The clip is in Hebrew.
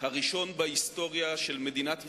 הראשון בהיסטוריה של מדינת ישראל,